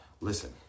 listen